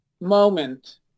moment